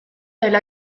elle